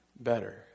better